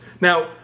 Now